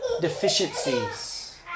deficiencies